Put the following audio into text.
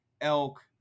Elk